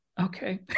okay